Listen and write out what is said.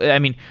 i mean,